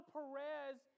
Perez